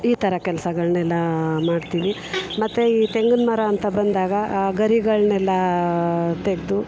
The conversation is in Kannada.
ಈ ಥರ ಕೆಲ್ಸಗಳನ್ನೆಲ್ಲ ಮಾಡ್ತೀವಿ ಮತ್ತೆ ಈ ತೆಂಗಿನ ಮರ ಅಂತ ಬಂದಾಗ ಗರಿಗಳನ್ನೆಲ್ಲ ತೆಗೆದು